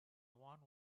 one